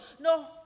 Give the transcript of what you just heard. no